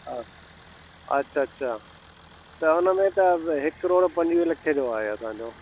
हा अच्छा अच्छात हुनमें त हिकिड़ो न पंजवीहें लखे जो आहे असांजो